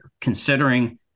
considering